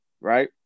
Right